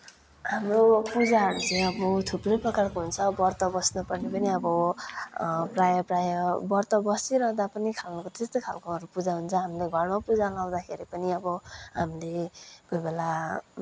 हाम्रो पूजाहरू चाहिँ अब थुप्रै प्रकारको हुन्छ व्रत बस्नुपर्ने पनि अब प्रायः प्रायः व्रत बसिरहँदा पनि त्यस्तै खालकोहरू पूजा हुन्छ हामीले घरमा पूजा लाउँदाखेरि पनि हामीले कोहीबेला